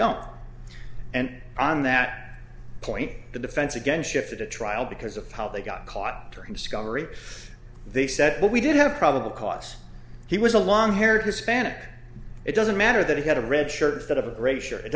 don't and on that point the defense again shifted to trial because of how they got caught during discovery they said but we did have probable cause he was a long haired hispanic it doesn't matter that he had a red shirt that of a gra